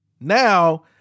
now